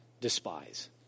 despise